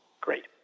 Great